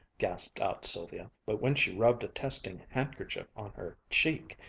gasped out sylvia, but when she rubbed a testing handkerchief on her cheek,